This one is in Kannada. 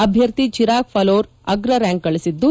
ಅಭ್ಯರ್ಥಿ ಚಿರಾಗ್ ಫಲೋರ್ ಆಗ್ರ ರ್ಕಾಂಕ್ ಗಳಿಸಿದ್ದು